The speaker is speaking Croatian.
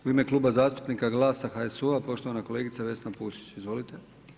U ime Kluba zastupnika GLAS-a i HSU-a poštovana kolegica Vesna Pusić, izvolite.